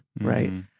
right